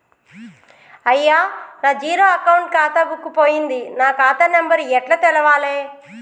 అయ్యా నా zero account ఖాతా బుక్కు పోయింది నా ఖాతా నెంబరు ఎట్ల తెలవాలే?